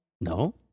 No